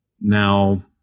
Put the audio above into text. Now